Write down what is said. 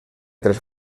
tres